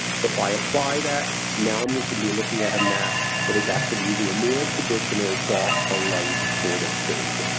so, if i apply that, now i'm going to be looking at a map that is actually using a more traditional dark-to-light sort of fade.